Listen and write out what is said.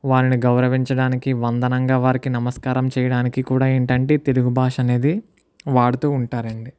వారిని గౌరవించడానికి వందనంగా వారికి నమస్కారం చేయడానికి కూడా ఏంటంటే ఈ తెలుగు భాష అనేది వాడుతూ ఉంటారండి